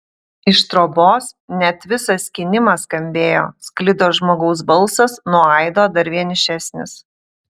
iš trobos net visas skynimas skambėjo sklido žmogaus balsas nuo aido dar vienišesnis